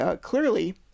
Clearly